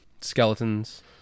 skeletons